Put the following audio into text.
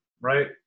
right